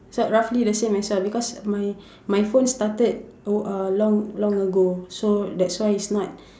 so roughly the same as yours because my my phone started oh uh long long ago so that's why it's not